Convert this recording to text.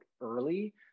early